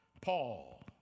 Paul